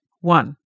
one